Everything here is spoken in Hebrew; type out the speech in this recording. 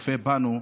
וצופה בנו,